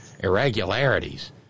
irregularities